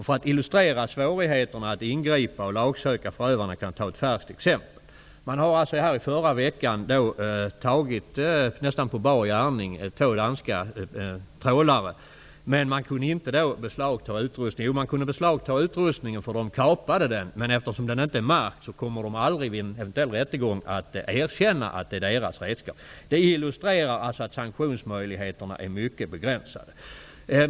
För att illustrera svårigheterna att ingripa och att lagsöka förövarna kan jag nämna ett färskt exempel: I förra veckan tog man nästan på bar gärning två danska trålare. Man kunde beslagta utrustningen, eftersom de hade kapat den, men eftersom den inte är märkt kommer de aldrig vid en eventuell rättegång att erkänna att det är deras redskap. Detta illustrerar att sanktionsmöjligheterna är mycket begränsade.